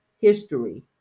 history